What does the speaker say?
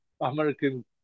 American